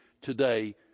today